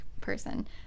person